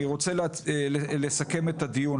אני רוצה לסכם את הדיון.